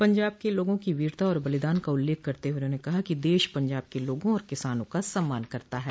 पंजाब के लोगों की वीरता और बलिदान का उल्लेख करते हुए उन्होंने कहा कि देश पंजाब के लोगों और किसानों का सम्मान करता है